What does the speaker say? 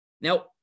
Now